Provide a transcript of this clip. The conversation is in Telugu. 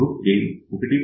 loop gain 1